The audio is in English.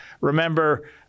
Remember